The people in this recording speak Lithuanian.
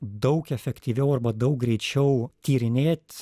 daug efektyviau arba daug greičiau tyrinėt